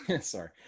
Sorry